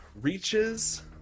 reaches